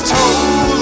Told